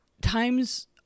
Times